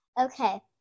Okay